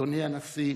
אדוני הנשיא,